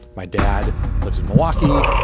my dad lives in milwaukee.